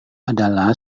adalah